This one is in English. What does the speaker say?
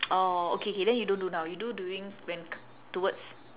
orh okay K then you don't do now you do during when c~ towards